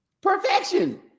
perfection